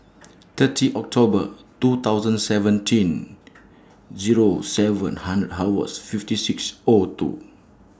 thirty October two thousand seventeen Zero seven hours fifty six O two